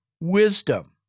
wisdom